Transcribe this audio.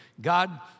God